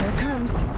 comes!